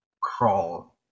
crawl